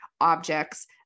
objects